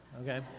Okay